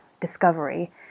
discovery